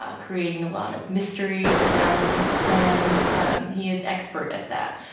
ah creating a lot of mystery surrounding his plans. and he is expert at that.